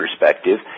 perspective